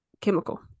chemical